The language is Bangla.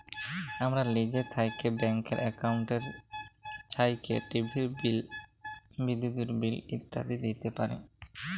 আমরা লিজে থ্যাইকে ব্যাংক একাউল্টের ছাহাইয্যে টিভির বিল, বিদ্যুতের বিল ইত্যাদি দিইতে পারি